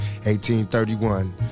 1831